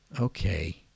okay